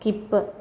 skip